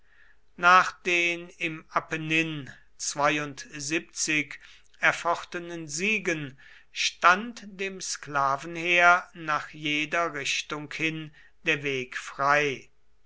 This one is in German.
nach den im apennin erfochtenen siegen stand dem sklavenheer nach jeder richtung hin der weg frei